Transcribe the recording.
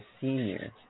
senior